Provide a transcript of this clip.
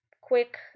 quick